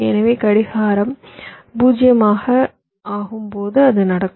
எனவே கடிகாரம் 0 ஆகும்போது அது நடக்கும்